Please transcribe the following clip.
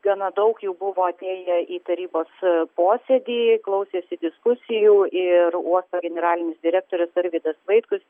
gana daug jų buvo atėję į tarybos posėdį klausėsi diskusijų ir uosto generalinis direktorius arvydas vaitkus